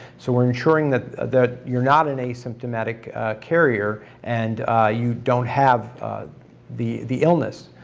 so we're ensuring that that you're not an asymptomatic carrier and you don't have the the illness.